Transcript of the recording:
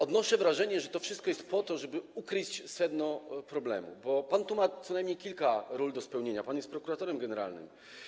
Odnoszę wrażenie, że to wszystko jest po to, żeby ukryć sedno problemu, bo pan tu ma co najmniej kilka ról do spełnienia, pan jest prokuratorem generalnym.